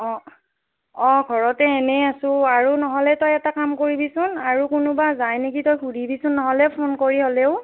অঁ অঁ ঘৰতে এনেই আছোঁ আৰু নহ'লে তই এটা কাম কৰিবিচোন আৰু কোনোবা যায় নেকি তই সুধিবিচোন নহ'লে ফোন কৰি হ'লেও